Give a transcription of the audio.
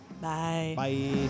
Bye